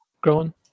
growing